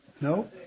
No